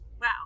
Wow